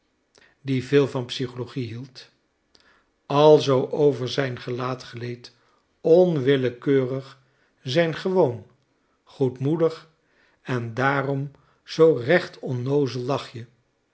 die veel van physiologie hield alzoo over zijn gelaat gleed onwillekeurig zijn gewoon goedmoedig en daarom zoo recht onnoozel lachje